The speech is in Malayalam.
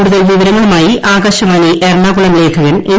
കൂടുതൽ വിവരങ്ങളുമായി ആകാശവാണി എറണാകുളം ലേഖകൻ എൻ